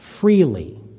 freely